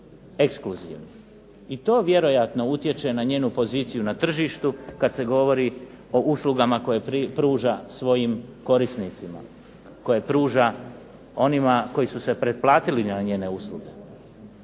i to vjerojatno utječe na njenu poziciju na tržištu, kad se govori o uslugama koje pruža svojim korisnicima, koje pruža onima koji su se pretplatili na njene usluge.